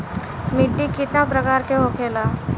मिट्टी कितना प्रकार के होखेला?